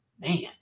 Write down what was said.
man